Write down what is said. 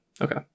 Okay